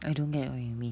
I don't get what you mean